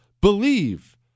believe